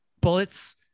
Bullets